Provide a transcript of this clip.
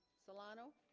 solano